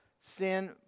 sin